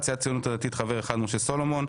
סיעת הציונות הדתית חבר אחד: משה סולומון.